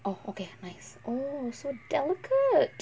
oh okay nice oh so delicate